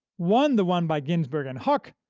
one the one by ginsburg and huq,